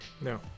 No